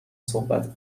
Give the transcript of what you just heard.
صحبت